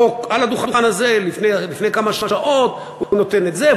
פה על הדוכן הזה לפני כמה שעות: הוא נותן את זה,